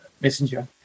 Messenger